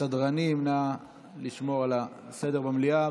והסדרנים, נא לשמור על הסדר במליאה.